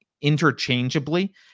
interchangeably